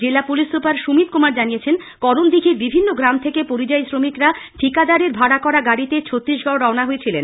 জেলা police super Sumit Kumar জানিয়েছেন করণদিঘীর বিভিন্ন গ্রাম থেকে পরিযায়ী শ্রমিকরা ঠিকাদারের ভাড়া করা গাড়িতে ছত্তিশগড় রওনা হয়েছিলেন